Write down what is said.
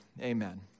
Amen